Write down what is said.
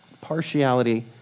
Partiality